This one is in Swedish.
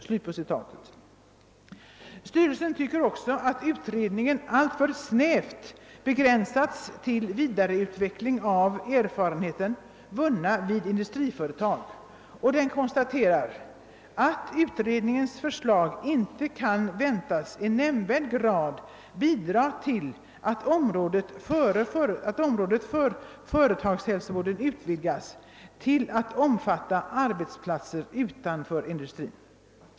Styrelsen tycker också att »utredningen alltför snävt begränsats till vidareutveckling av erfarenheter vunna vid industriföretag», och den konstaterar att »utredningens förslag inte kan väntas i nämnvärd grad bidra till att området för företagshälsovården bör utvidgas till att omfatta arbetsplaiser utanför industrin».